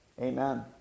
Amen